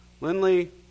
Lindley